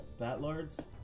Batlords